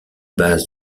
base